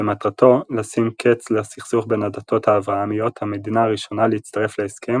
שמטרתו לשים קץ לסכסוך בין הדתות האברהמיות המדינה הראשונה להצטרף להסכם